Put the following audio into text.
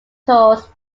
tours